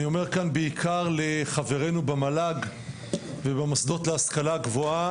אני אומר כאן בעיקר לחברינו במל"ג ובמוסדות להשכלה גבוהה,